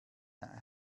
that